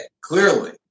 Clearly